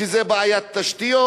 שזה בעיית תשתיות,